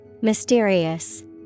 Mysterious